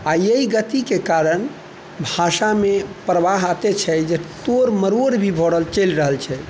आओर इएह गतिके कारण भाषामे प्रवाह अत्ते छै जे तोड़ मरोड़ भी भऽ रहल चलि रहल छै